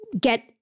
get